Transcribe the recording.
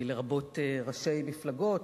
לרבות ראשי מפלגות,